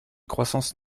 croissance